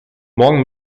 morgen